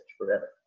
forever